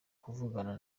kuvugana